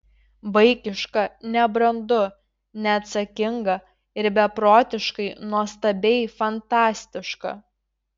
vaikiška nebrandu neatsakinga ir beprotiškai nuostabiai fantastiška